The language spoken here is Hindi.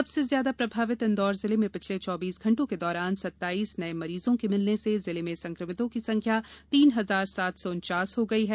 सबसे ज्यादा प्रभावित इंदौर जिले में पिछले चौबीस घंटों के दौरान सत्ताईस नये मरीजों के मिलने से जिले में संकमितों की संख्या तीन हजार सात सौ उनचास हो गई है